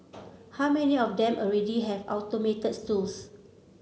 how many of them already have automated tools